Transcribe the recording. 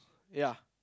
ya